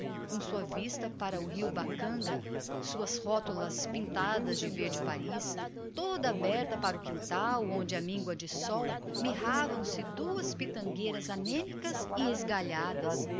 com a sua bela vista sobre o rio bacanga e as suas rótulas pintadas de verde paris toda ela abria para o quintal estreito e longo onde à mingua de sol se mirravam duas tristes pitangueiras e